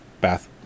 bath